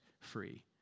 free